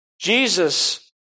Jesus